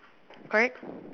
correct